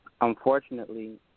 Unfortunately